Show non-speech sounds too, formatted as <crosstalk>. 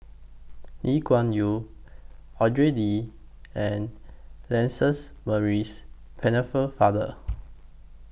Lee Kuan Yew Andrew Lee and Lances Maurice <unintelligible>